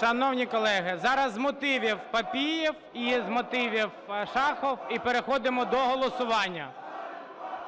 Шановні колеги, зараз з мотивів – Папієв і з мотивів – Шахов. І переходимо до голосування.